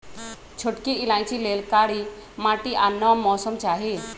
छोटकि इलाइचि लेल कारी माटि आ नम मौसम चाहि